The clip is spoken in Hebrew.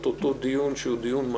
את אותו דיון שהוא מעניין,